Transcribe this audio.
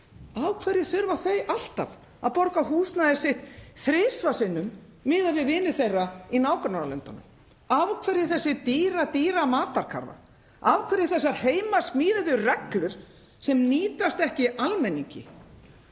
hverju þau þurfa alltaf að borga húsnæðið sitt þrisvar sinnum miðað við vini sína í nágrannalöndunum. Af hverju þessi dýra, dýra matarkarfa? Af hverju þessar heimasmíðuðu reglur sem nýtast ekki almenningi?